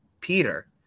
Peter